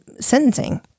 sentencing